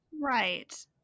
Right